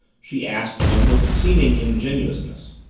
she asked him with seeming ingenuousness.